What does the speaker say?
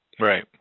Right